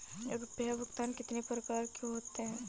रुपया भुगतान कितनी प्रकार के होते हैं?